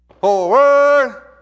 forward